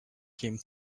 came